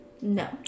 no